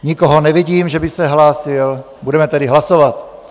Nikoho nevidím, že by se hlásil, budeme tedy hlasovat.